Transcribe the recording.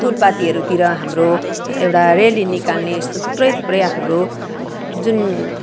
फुलपातीहरूतिर हाम्रो एउटा रेली निकाल्ने यस्तो थुप्रै थुप्रै आफ्नो हाम्रो जुन